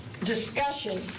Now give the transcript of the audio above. discussion